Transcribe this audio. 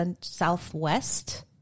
southwest